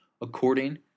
according